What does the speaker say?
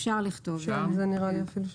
אפשר לכתוב את זה.